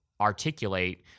articulate